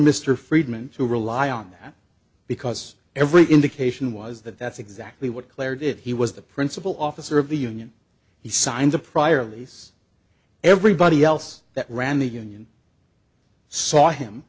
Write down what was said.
mr friedman to rely on that because every indication was that that's exactly what claire did he was the principal officer of the union he signed the prior lease everybody else that ran the union saw him